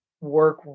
work